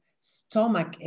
stomach